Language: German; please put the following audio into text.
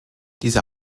diese